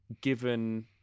given